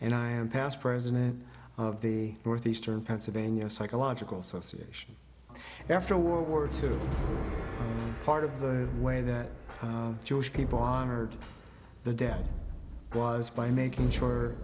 and i am past president of the northeastern pennsylvania psychological association after world war two the part of the way that jewish people honored the dead was by making sure